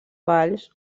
valls